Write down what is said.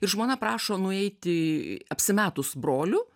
ir žmona prašo nueiti apsimetus broliu